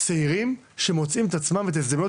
צעירים שמוצאים את עצמם ואת ההזדמנויות